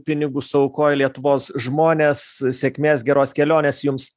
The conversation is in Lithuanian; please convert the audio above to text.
pinigus aukoja lietuvos žmonės sėkmės geros kelionės jums